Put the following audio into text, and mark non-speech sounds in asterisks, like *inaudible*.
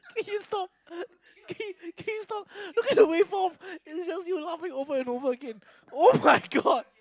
can you stop *laughs* can you stop look at the waveform it's just you laughing over and over again [oh]-my-god *laughs*